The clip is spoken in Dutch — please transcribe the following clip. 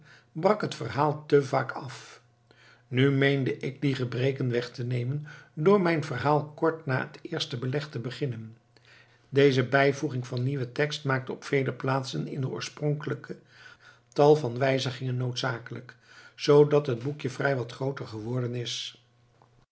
brak het verhaal te vaak af nu meende ik die gebreken weg te nemen door mijn verhaal kort na het eerste beleg te beginnen deze bijvoeging van nieuwen tekst maakte op vele plaatsen in den oorspronkelijken tal van wijzigingen noodzakelijk zoodat het boekje vrij wat grooter geworden is